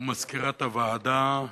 ומזכירות הוועדה מעיין,